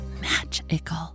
magical